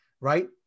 right